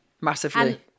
massively